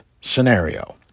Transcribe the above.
scenario